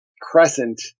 crescent